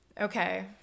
Okay